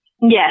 Yes